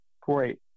great